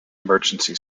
emergency